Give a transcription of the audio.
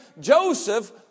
Joseph